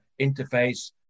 interface